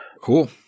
Cool